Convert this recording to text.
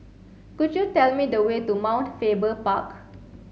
could you tell me the way to Mount Faber Park